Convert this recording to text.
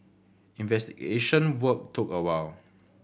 investigation work took a while